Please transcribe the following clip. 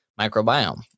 microbiome